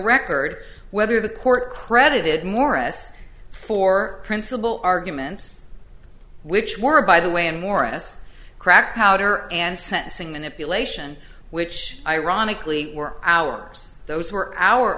record whether the court credited morris for principal arguments which were by the way in morris crack powder and sentencing manipulation which ironically were ours those were our